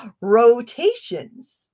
rotations